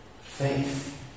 Faith